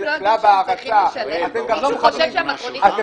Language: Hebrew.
מישהו חושב שהמטרונית בחינם?